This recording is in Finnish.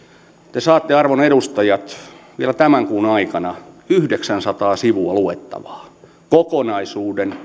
te saatte arvon edustajat vielä tämän kuun aikana yhdeksänsataa sivua luettavaa kokonaisuuden